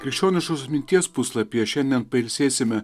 krikščioniškosios minties puslapyje šiandien pailsėsime